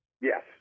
Yes